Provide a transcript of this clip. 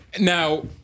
now